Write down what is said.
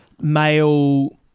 male